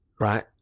right